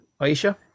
Aisha